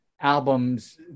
albums